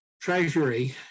treasury